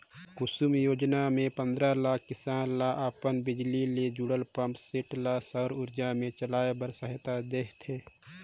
कुसुम योजना मे पंदरा लाख किसान ल अपन बिजली ले जुड़े पंप सेट ल सउर उरजा मे चलाए बर सहायता देह थे